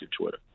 twitter